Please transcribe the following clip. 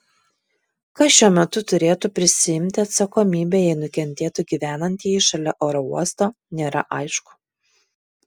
kas šiuo metu turėtų prisiimti atsakomybę jei nukentėtų gyvenantieji šalia oro uosto nėra aišku